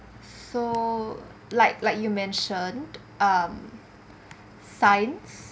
so like like you mentioned um science